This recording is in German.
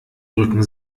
drücken